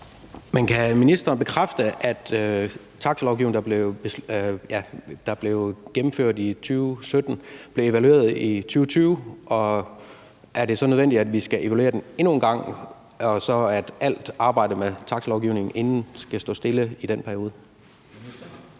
Kan ministeren bekræfte, af taxilovgivningen, der blev gennemført i 2017, blev evalueret i 2020, og er det så nødvendigt, at vi skal evaluere den endnu en gang, så al arbejdet med taxilovgivningen skal stå stille i den periode?